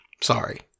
Sorry